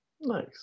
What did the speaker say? Nice